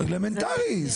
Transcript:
אלמנטרי.